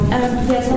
Yes